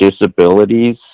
disabilities